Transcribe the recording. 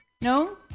No